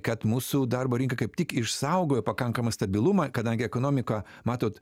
kad mūsų darbo rinka kaip tik išsaugojo pakankamą stabilumą kadangi ekonomika matot